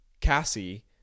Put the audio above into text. Cassie